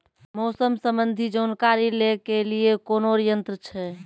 मौसम संबंधी जानकारी ले के लिए कोनोर यन्त्र छ?